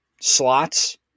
slots